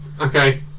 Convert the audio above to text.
Okay